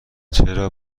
چرا